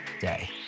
day